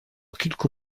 kilku